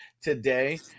today